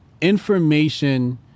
information